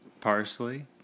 Parsley